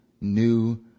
new